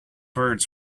words